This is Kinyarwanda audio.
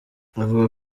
avuga